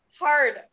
Hard